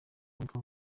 witwa